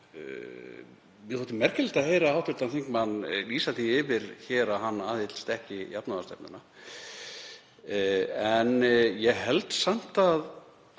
Mér þótti merkilegt að heyra hv. þingmann lýsa því yfir hér að hann aðhyllist ekki jafnaðarstefnuna en ég held samt að